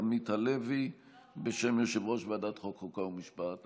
מעולם לא הרגשתי שיש לי כוח הצבעה כל כך חזק ומשמעותי כפי שזה